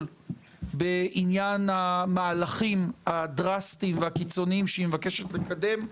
בעניין המהלכים הדרסטיים והקיצוניים שהיא מבקשת לקדם,